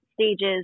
stages